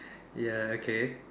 ya okay